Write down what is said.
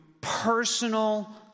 personal